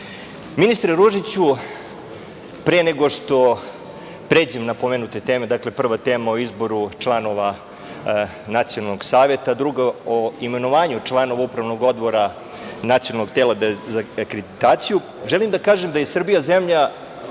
Ružiću, pre nego što pređem na pomenute teme, dakle prva tema o izboru članova Nacionalnog saveta, druga o imenovanju članova Upravnog odbora Nacionalnog tela za akreditaciju, želim da kažem da je Srbija zemlja